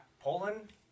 poland